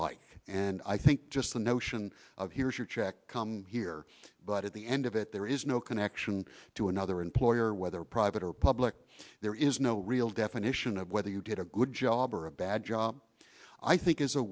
like and i think just the notion of here's your check come here but at the end of it there is no connection to another employer whether private or public there is no real definition of whether you did a good job or a bad job i think is a